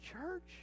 church